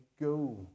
go